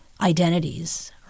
identities